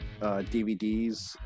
DVDs